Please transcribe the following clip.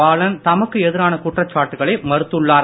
பாலன் தமக்கு எதிரான குற்றச்சாட்டுக்களை மறுத்துள்ளார்